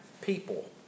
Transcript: people